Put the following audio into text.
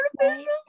artificial